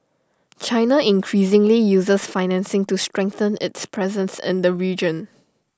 China increasingly uses financing to strengthen its presence in the region